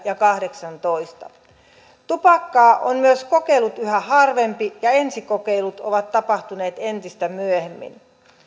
ja kahdeksantoista prosenttia tupakkaa on myös kokeillut yhä harvempi ja ensikokeilut ovat tapahtuneet entistä myöhemmin